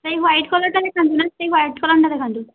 ସେଇ ହ୍ୱାଇଟ୍ କଲରଟା ଦେଖାନ୍ତୁ ନା ସେଇ ହ୍ୱାଇଟ୍ କଲରଟା ଦେଖାନ୍ତୁ